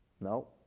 No